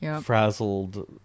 frazzled